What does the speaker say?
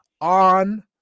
on